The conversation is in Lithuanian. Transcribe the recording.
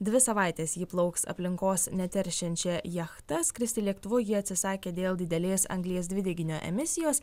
dvi savaites ji plauks aplinkos neteršiančia jachta skristi lėktuvu ji atsisakė dėl didelės anglies dvideginio emisijos